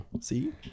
see